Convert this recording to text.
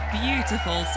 beautiful